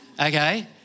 okay